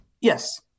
Yes